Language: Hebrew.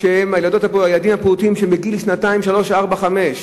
הילדים הפעוטים בני שנתיים, שלוש, ארבע וחמש.